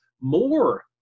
more